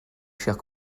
chers